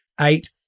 eight